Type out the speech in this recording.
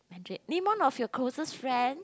mandarin name one of your closest friends